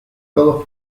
todos